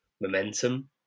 momentum